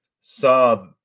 saw